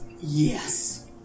Yes